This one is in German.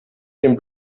den